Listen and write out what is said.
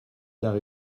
car